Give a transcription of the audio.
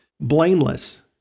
Blameless